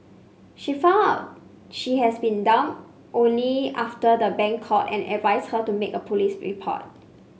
she found out she had been duped only after the bank called and advised her to make a police report